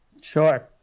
sure